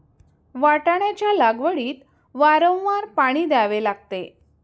वाटाण्याच्या लागवडीत वारंवार पाणी द्यावे लागते